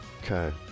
Okay